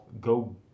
Go